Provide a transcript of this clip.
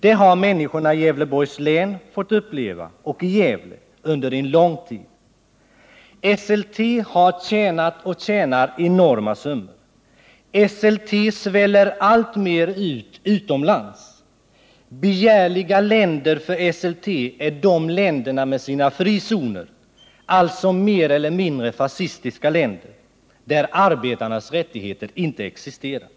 Det har människorna i Gävleborgs län fått uppleva under en lång tid. Esselte har tjänat och tjänar enorma summor. Esselte sväller alltmer ut utomlands. Begärliga länder för Esselte är länder med frizoner, alltså mer eller mindre fascistiska länder, där arbetarnas rättigheter inte existerar.